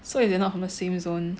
so if they are not from the same zone